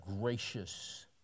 gracious